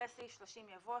אחרי סעיף 30 יבוא: